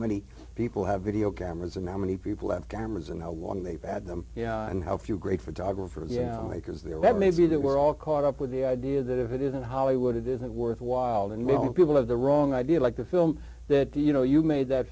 many people have video cameras and how many people have cameras and how long they've had them and how few great photographers yeah makers there that maybe that we're all caught up with the idea that if it isn't hollywood it isn't worthwhile and we don't people have the wrong idea like the film that you know you made that